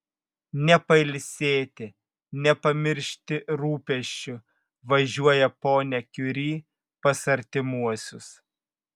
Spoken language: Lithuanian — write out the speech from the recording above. ne pailsėti ne pamiršti rūpesčių važiuoja ponia kiuri pas artimuosius